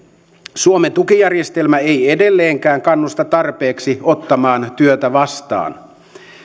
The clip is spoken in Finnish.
suomen tukijärjestelmä ei edelleenkään kannusta tarpeeksi ottamaan työtä vastaan